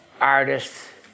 artists